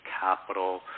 capital